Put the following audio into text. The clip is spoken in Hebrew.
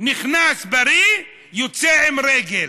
נכנס בריא, יוצא עם רגל.